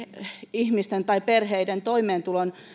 ihmisten ja perheiden toimeentulon